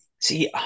See